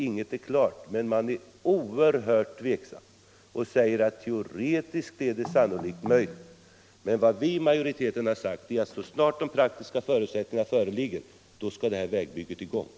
Ingenting är klart, men man tvivlar oerhört starkt på dessa möjligheter och talar bara om att det sannolikt finns vissa teoretiska förutsättningar. Men vad vi inom majoriteten har sagt är att så snart de faktiska förutsättningarna föreligger, skall det här vägbyggandet sättas i gång.